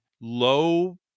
low